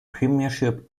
premiership